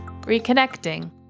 Reconnecting